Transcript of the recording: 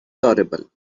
tolerable